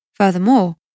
Furthermore